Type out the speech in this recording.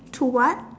to what